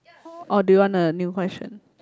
or do you want a new question